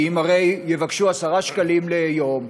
כי הרי אם יבקשו 10 שקלים ליום,